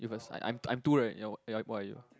if is I I'm I'm two right ya ya what are you